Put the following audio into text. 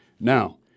Now